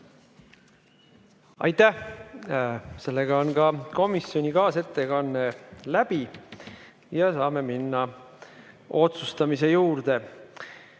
Aitäh! Sellega on ka komisjoni kaasettekanne läbi ja saame minna otsustamise juurde.